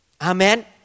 Amen